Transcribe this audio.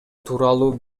тууралуу